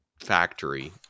Factory